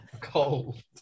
Cold